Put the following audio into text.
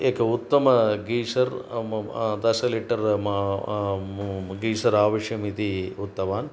एकम् उत्तमं गीशर् म दशलिटर् म मु गीशर् आवश्यम् इति उक्तवान्